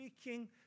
speaking